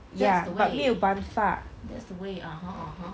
ya but 没有办法